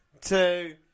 two